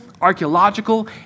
archaeological